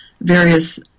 various